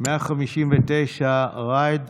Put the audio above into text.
159, ראאד